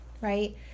right